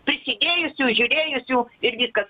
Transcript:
prisidėjusių žiūrėjusių ir viskas